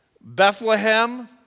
Bethlehem